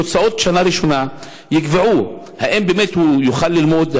תוצאות השנה הראשונה יקבעו אם באמת יוכל ללמוד,